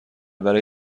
برای